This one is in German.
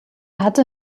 hatte